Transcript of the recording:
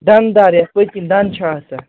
دانہٕ دار یتھ پٔتۍ کنۍ دَنٛد چھِ آسان